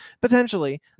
Potentially